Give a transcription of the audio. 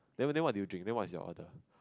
then then what do you drink then what's your order